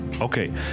Okay